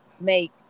make